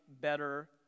better